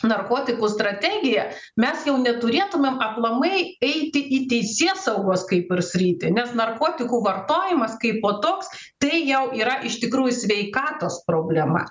narkotikų strategiją mes jau neturėtumėm aplamai eiti į teisėsaugos kaip ir sritį nes narkotikų vartojimas kaipo toks tai jau yra iš tikrųjų sveikatos problema